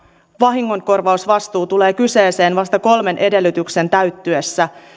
vahingonkorvausvastuu tulee kyseeseen vasta kolmen edellytyksen täyttyessä